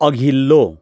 अघिल्लो